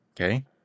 Okay